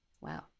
Wow